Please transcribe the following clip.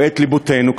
לבותינו,